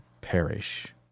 perish